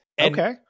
Okay